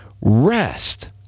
rest